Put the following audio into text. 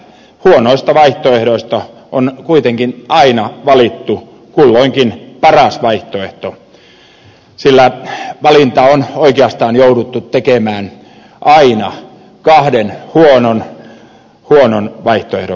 huonoista vaihtoehdoista on kuitenkin aina valittu kulloinkin paras vaihtoehto sillä valinta on oikeastaan jouduttu tekemään aina kahden huonon vaihtoehdon väliltä